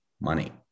money